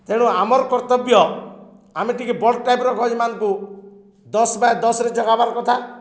ତେଣୁ ଆମର୍ କର୍ତ୍ତବ୍ୟ ଆମେ ଟିକେ ବଡ଼୍ ଟାଇପ୍ର ଗଛ୍ମାନ୍ଙ୍କୁ ଦଶ୍ ବାଏ ଦଶ୍ରେ ଜଗାବାର୍ କଥା